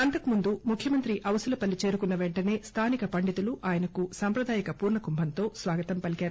అంతకుముందు ముఖ్యమంత్రి అవుసులపల్లి చేరుకున్న పెంటసే స్లానిక పండితులు ఆయనకు సంప్రదాయక పూర్లకుంభంతో స్వాగతం పలికారు